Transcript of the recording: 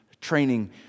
training